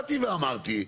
באתי ואמרתי,